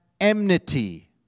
enmity